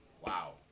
wow